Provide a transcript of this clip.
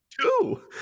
Two